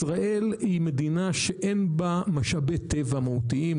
ישראל היא מדינה שאין בה משאבי טבע מהותיים,